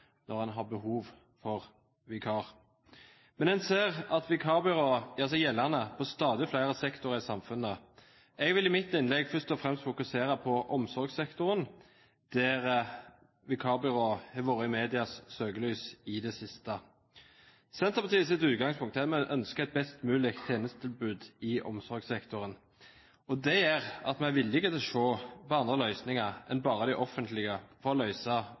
når en har behov for en vikar. Men en ser at vikarbyråer gjør seg gjeldende i stadig flere sektorer i samfunnet. Jeg vil i mitt innlegg først og fremst fokusere på omsorgssektoren, der vikarbyråene har vært i medias søkelys i det siste. Senterpartiets utgangspunkt er at vi ønsker et best mulig tjenestetilbud i omsorgssektoren. Det gjør at vi er villige til å se på andre løsninger enn bare de offentlige